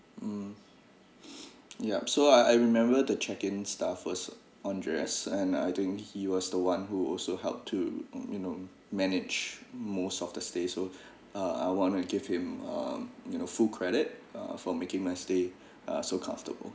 mm yup so I I remember the check in staff was andreas and and I think he was the one who also help to mm you know manage most of the stay so uh I want to give him um you know full credit uh for making my stay uh so comfortable